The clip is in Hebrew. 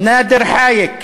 נאדר חאיק,